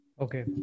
Okay